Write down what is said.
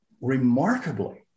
remarkably